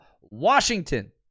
Washington